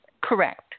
Correct